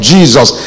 Jesus